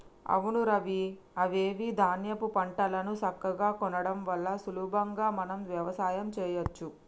అవును రవి ఐవివ ధాన్యాపు పంటలను సక్కగా కొనడం వల్ల సులభంగా మనం వ్యవసాయం సెయ్యచ్చు